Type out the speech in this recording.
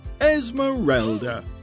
esmeralda